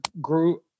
grew